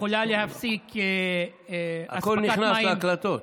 הכול נכנס להקלטות.